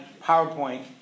PowerPoint